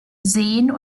seen